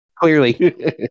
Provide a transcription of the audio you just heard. Clearly